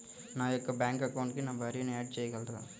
నా యొక్క బ్యాంక్ అకౌంట్కి నా భార్యని యాడ్ చేయగలరా?